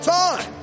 time